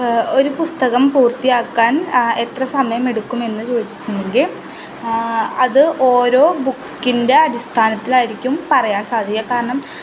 ഒരു പുസ്തകം പൂർത്തിയാക്കാൻ എത്ര സമയമെടുക്കുമെന്നു ചോദിച്ചിട്ടുണ്ടെങ്കിൽ അത് ഓരോ ബുക്കിൻ്റെ അടിസ്ഥാനത്തിലായിരിക്കും പറയാൻ സാധിക്കുക കാരണം